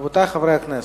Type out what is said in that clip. רבותי חברי הכנסת.